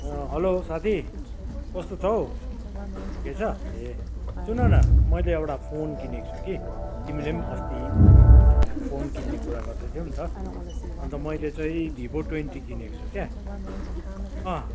hello साथी कस्तो छौ ठिकै छ ए सुनन मैले एउटा फोन किनेको छु कि तिमीले पनि अस्ति फोन किन्ने कुरा गर्दैथ्यौ नि त अन्त मैल चाहिँ भिबो ट्वेन्टी किनेको छु क्या अँ